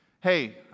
Hey